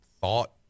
thought